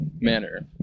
manner